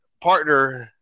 partner